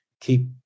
keep